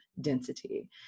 density